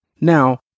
Now